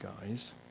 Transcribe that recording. guys